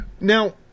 Now